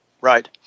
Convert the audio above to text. Right